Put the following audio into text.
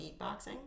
beatboxing